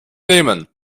nehmen